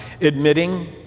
admitting